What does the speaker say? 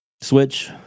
switch